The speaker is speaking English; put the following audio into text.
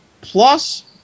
Plus